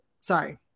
sorry